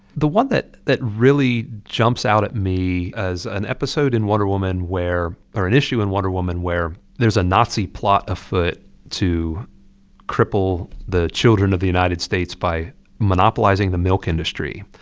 the one that that really jumps out at me is an episode in wonder woman where or an issue in wonder woman where there's a nazi plot afoot to cripple the children of the united states by monopolizing the milk industry.